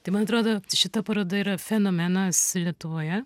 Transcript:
tai man atrodo šita paroda yra fenomenas lietuvoje